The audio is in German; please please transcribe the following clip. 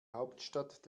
hauptstadt